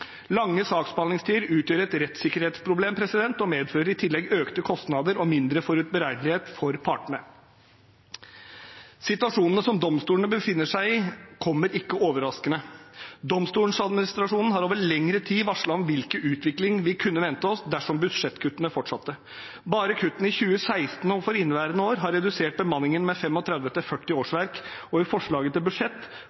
Lange saksbehandlingstider utgjør et rettssikkerhetsproblem, og medfører i tillegg økte kostnader og mindre forutsigbarhet for partene. Situasjonen som domstolene befinner seg i, kommer ikke overraskende. Domstoladministrasjonen har over lengre tid varslet om hvilken utvikling vi kunne vente oss dersom budsjettkuttene fortsatte. Bare kuttene i 2016 og for inneværende år har redusert bemanningen med 35–40 årsverk, og i forslaget til